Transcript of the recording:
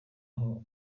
aho